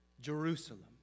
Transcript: Jerusalem